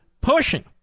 pushing